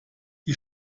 die